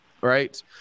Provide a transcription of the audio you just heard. Right